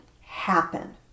happen